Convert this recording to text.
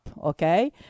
okay